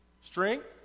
strength